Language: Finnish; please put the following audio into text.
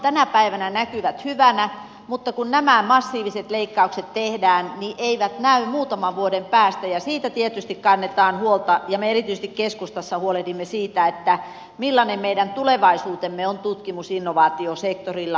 tänä päivänä näkyvät hyvänä mutta kun nämä massiiviset leikkaukset tehdään niin eivät näy muutaman vuoden päästä ja siitä tietysti kannetaan huolta ja me erityisesti keskustassa huolehdimme siitä millainen meidän tulevaisuutemme on tutkimusinnovaatio sektorilla